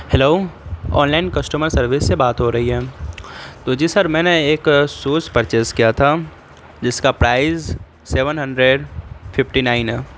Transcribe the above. hello online customer service سے بات ہو رہی ہیں تو جی سر میں نے ایک سوز پرچیز کیا تھا جس کا price seven hundred fifty nine ہے